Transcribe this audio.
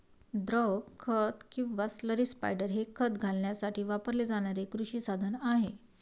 द्रव खत किंवा स्लरी स्पायडर हे खत घालण्यासाठी वापरले जाणारे कृषी साधन आहे